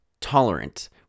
tolerant